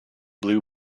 blue